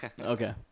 Okay